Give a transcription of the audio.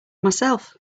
myself